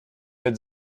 êtes